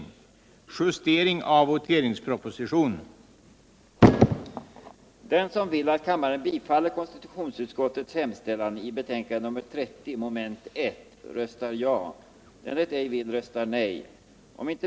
Om inte minst tre fjärdedelar av de röstande och mer än hälften av kammarens ledamöter röstar ja, har kammaren avslagit utskottets hemställan.